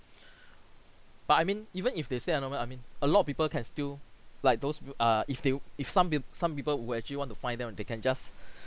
but I mean even if they stay anonymous I mean a lot of people can still like those people err if they if some be some people who actually want to find them they can just